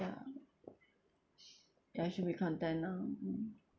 ya ya should be content ah mm